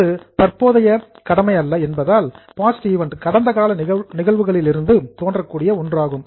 இது தற்போதைய ஆப்பிளிகேஷன் கடமை அல்ல என்பதால் ஃபாஸ்ட் ஈவன்ட் கடந்த கால நிகழ்வுகளிலிருந்து தோன்றக் கூடிய ஒன்றாகும்